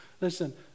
Listen